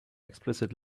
explicit